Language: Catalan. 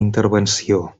intervenció